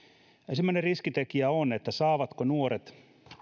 ensimmäinen riskitekijä on että saavatko nuoret